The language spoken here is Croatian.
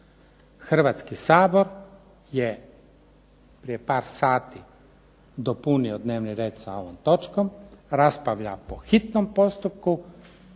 Hrvatski sabor je prije par sati dopunio dnevni red sa ovom točkom, raspravljamo po hitnom postupku,